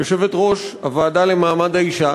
יושבת-ראש הוועדה למעמד האישה,